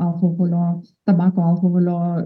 alkoholio tabako alkoholio